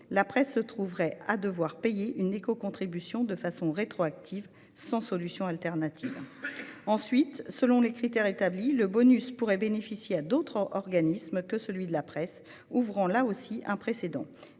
la presse se retrouverait à devoir payer une écocontribution de façon rétroactive, sans solution de remplacement. Ensuite, selon les critères établis, le bonus pourrait bénéficier à d'autres organismes que celui de la presse, ouvrant là aussi un précédent,